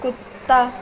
کتا